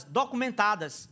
documentadas